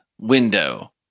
window